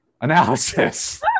analysis